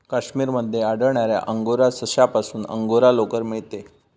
काश्मीर मध्ये आढळणाऱ्या अंगोरा सशापासून अंगोरा लोकर मिळते